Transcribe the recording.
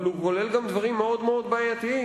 אבל הוא כולל גם דברים מאוד-מאוד בעייתיים.